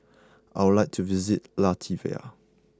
I would like to visit Latvia